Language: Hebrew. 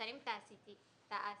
מוצרים תעשייתיים.